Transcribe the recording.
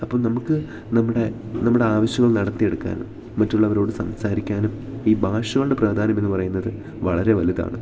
അപ്പം നമുക്ക് നമ്മുടെ നമ്മുടാവശ്യം നടത്തിയെടുക്കാനും മറ്റുള്ളവരോടു സംസാരിക്കാനും ഈ ഭാഷകളുടെ പ്രധാന്യം എന്നു പറയുന്നത് വളരെ വലുതാണ്